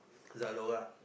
Zalora